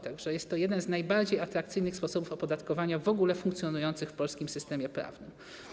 Tak że jest to jeden z najbardziej atrakcyjnych sposobów opodatkowania w ogóle funkcjonujących w polskim systemie prawnym.